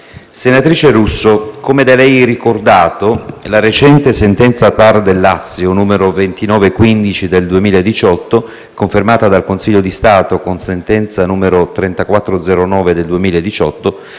Senatrice Russo - come da lei ricordato - la recente sentenza del TAR Lazio n. 2915 del 2018, confermata dal Consiglio di Stato con sentenza n. 3409 del 2018,